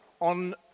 on